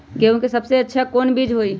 गेंहू के सबसे अच्छा कौन बीज होई?